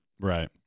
Right